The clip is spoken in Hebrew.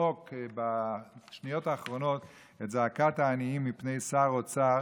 לזעוק בשניות האחרונות את זעקת העניים מפני שר אוצר